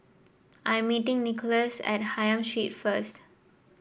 I am meeting Nicklaus at Hylam Street first